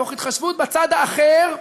מתוך התחשבות בצד האחר,